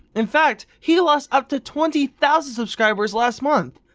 in fact he lost up to twenty thousand subscribers last month.